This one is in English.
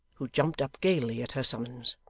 who jumped up gaily at her summons.